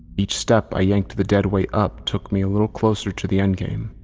each step i yanked the deadweight up took me a little closer to the endgame,